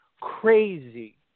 crazy